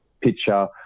picture